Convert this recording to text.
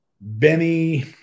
Benny